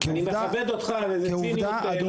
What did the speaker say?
אני מכבד אותך וציניות לא במקום.